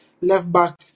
left-back